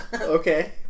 Okay